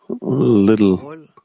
little